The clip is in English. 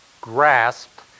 grasped